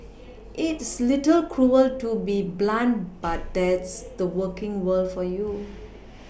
it's little cruel to be blunt but that's the working world for you